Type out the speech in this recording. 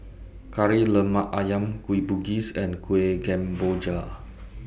Kari Lemak Ayam Kueh Bugis and Kueh Kemboja